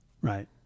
Right